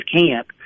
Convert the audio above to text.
camp